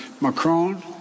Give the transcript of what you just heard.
Macron